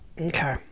Okay